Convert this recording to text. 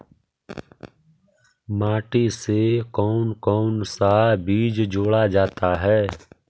माटी से कौन कौन सा बीज जोड़ा जाता है?